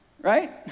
right